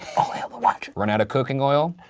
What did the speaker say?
hail the watcher. ran out of cooking oil?